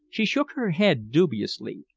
she shook her head dubiously,